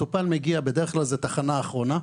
בדרך כלל זו תחנה אחרונה,